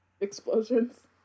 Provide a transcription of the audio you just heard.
explosions